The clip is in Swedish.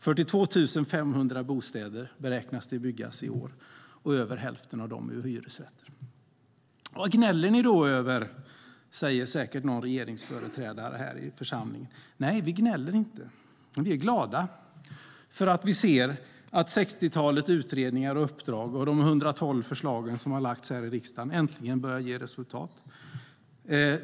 42 500 bostäder beräknas byggas i år, och över häften av dem är hyresrätter. Vad gnäller ni då över, säger säkert någon regeringsföreträdare här i församlingen. Nej, vi gnäller inte. Vi är glada, för vi ser att sextiotalet utredningar och uppdrag och de 112 förslag som har lagts fram här i riksdagen äntligen börjar ge resultat.